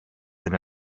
than